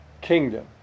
kingdom